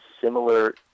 similar